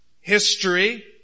history